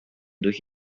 durch